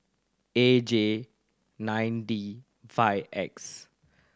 A J nine D five X